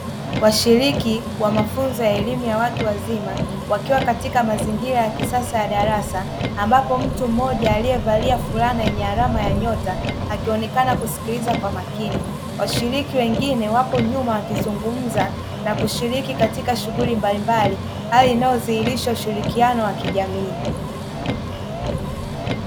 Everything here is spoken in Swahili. Washiriki wa elimu ya watu wazima wakiwa katika mazingira ya kisasa ya darasa ambapo mtu mmoja aliyevalia flana yenye alama ya nyota akionekana kusikiliza kwa makini, washiriki wengine wapo nyuma wakizungumza na kushiriki katika shughuli mbalimbali, hali inayodhihirisha umoja wa kijamii.